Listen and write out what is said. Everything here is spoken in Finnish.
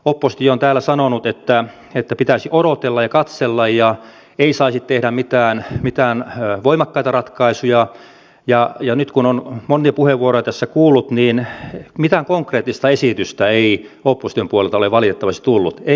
oppositio on täällä sanonut että pitäisi odotella ja katsella ja ei saisi tehdä mitään voimakkaita ratkaisuja ja nyt kun on monia puheenvuoroja tässä kuullut niin mitään konkreettista esitystä ei opposition puolelta ole valitettavasti tullut ei mitään